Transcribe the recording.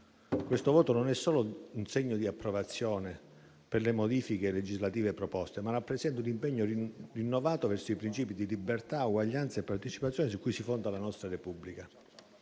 Questo voto non è solo un segno di approvazione delle modifiche legislative proposte, ma rappresenta anche un impegno rinnovato verso i princìpi di libertà, uguaglianza e partecipazione su cui si fonda la nostra Repubblica.